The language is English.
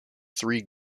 three